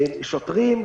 שוטרים.